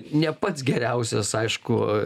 ne pats geriausias aišku